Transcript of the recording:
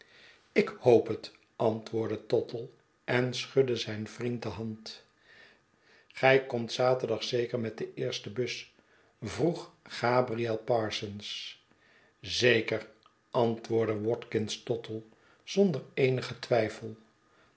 ik hoop het antwoordde tottle en schudde zijn vriend de hand gij komt zaterdag zeker met de eerste bus vroeg gabriel parsons zeker antwoordde watkins tottle zonder eenigen twijfel